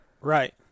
Right